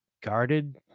guarded